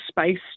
space